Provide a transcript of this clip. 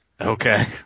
Okay